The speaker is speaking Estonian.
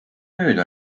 nüüd